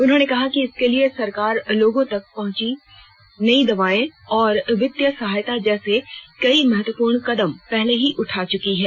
उन्होंने कहा कि इसके लिए सरकार लोगों तक पहुंच नई दवाए और वित्तीय सहायता जैसे कई महत्वपूर्ण कदम पहले ही उठा चुकी है